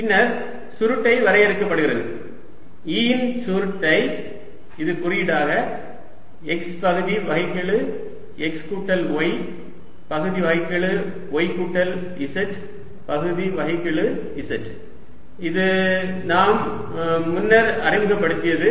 பின்னர் சுருட்டை வரையறுக்கப்படுகிறது E இன் சுருட்டை இது குறியீடாக x பகுதி வகைக்கெழு x கூட்டல் y பகுதி வகைக்கெழு y கூட்டல் z பகுதி வகைக்கெழு z இது நாம் முன்னர் அறிமுகப்படுத்தியது